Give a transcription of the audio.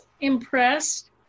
impressed